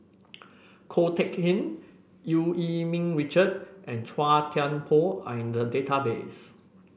Ko Teck Kin Eu Yee Ming Richard and Chua Thian Poh are in the database